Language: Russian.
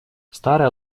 старая